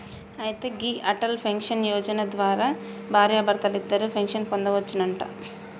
అయితే గీ అటల్ పెన్షన్ యోజన ద్వారా భార్యాభర్తలిద్దరూ పెన్షన్ పొందొచ్చునంట